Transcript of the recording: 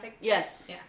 Yes